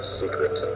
secret